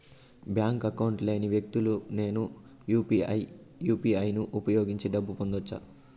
Bank account లేని వ్యక్తులకు నేను యు పి ఐ యు.పి.ఐ ను ఉపయోగించి డబ్బు పంపొచ్చా?